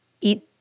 eat